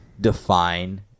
define